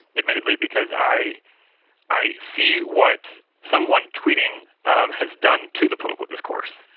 admittedly because i i see what someone tweeting um has done to the political discourse.